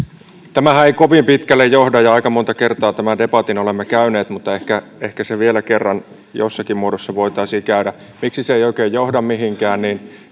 tämähän ei kovin pitkälle johda ja aika monta kertaa tämän debatin olemme käyneet mutta ehkä ehkä se vielä kerran jossakin muodossa voitaisiin käydä miksi se ei oikein johda mihinkään